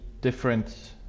different